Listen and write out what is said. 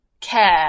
care